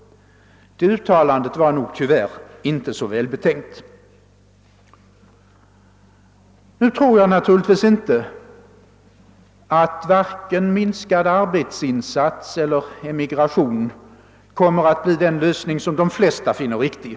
— Det uttalandet var nog tyvärr inte särskilt välbetänkt. Jag tror naturligtvis inte att vare sig minskad arbetsinsats eller emigration kommer att bli den lösning som de flesta finner riktig.